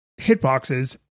hitboxes